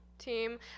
team